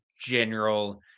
general